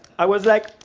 i was like,